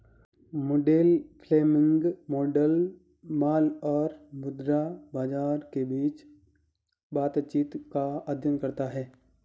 Mundell Fleming model माल और मुद्रा बाजार के बीच बातचीत का अध्ययन करता है